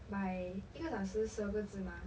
by 一个小时十二个字吗